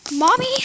Mommy